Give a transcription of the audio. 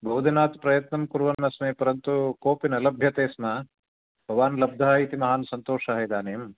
बहु दिनात् प्रयत्नं कुर्वन् अस्मि परन्तु कोऽपि न लभ्यते स्म भवान् लब्धः इति महान् सन्तोषः इदानीं